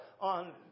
on